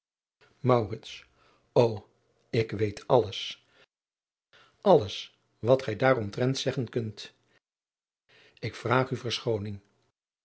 o ik weet alles alles wat gij daaromtrent zeggen kunt ik vraag u